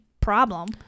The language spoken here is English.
problem